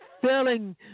filling